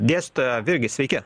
dėstytoją virgi sveiki